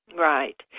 Right